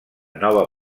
nova